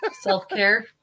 Self-care